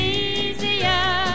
easier